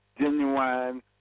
genuine